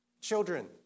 Children